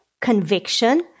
conviction